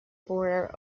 border